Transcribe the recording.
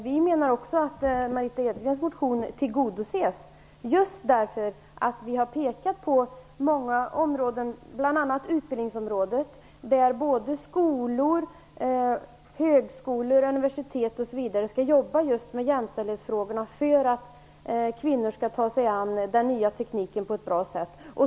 Vi menar också att Margitta Edgrens motion tillgodoses just genom att vi har pekat på många områden, bl.a. utbildningsområdet, där skolor, högskolor, universitet, osv. skall arbeta just med jämställdshetsfrågorna för att kvinnor skall ta sig an den nya tekniken på ett bra sätt.